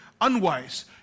unwise